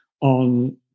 on